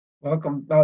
Welcome